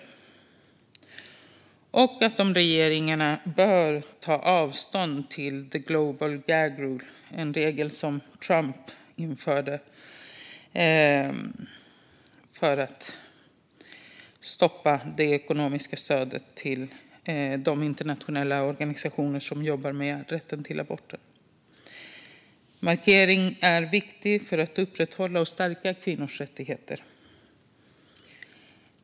Vi vill också att de nordiska regeringarna ska ta avstånd från the global gag rule, en regel som Trump införde för att stoppa det ekonomiska stödet till internationella organisationer som jobbar med rätten till aborter. Det är en viktig markering för att upprätthålla och stärka kvinnors rättigheter.